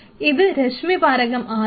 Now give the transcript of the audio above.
ഇത് രശ്മിപാരകം ആയാൽ